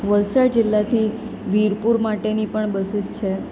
વલસાડ જિલ્લાથી વીરપુર માટેની પણ બસીસ છે